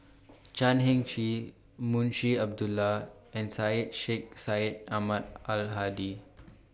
Chan Heng Chee Munshi Abdullah and Syed Sheikh Syed Ahmad Al Hadi